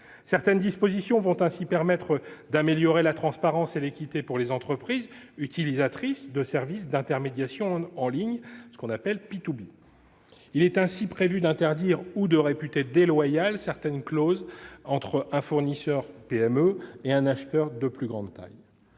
Certaines dispositions vont ainsi permettre d'améliorer la transparence et l'équité pour les entreprises utilisatrices de services d'intermédiation en ligne, qu'on appelle. Il est prévu d'interdire ou de réputer déloyales certaines clauses entre un fournisseur tel qu'une PME et un acheteur de plus grande taille.